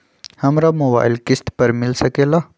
हमरा मोबाइल किस्त पर मिल सकेला?